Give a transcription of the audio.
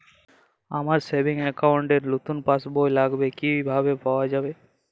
আমার savings account র নতুন পাসবই লাগবে কিভাবে পাওয়া যাবে?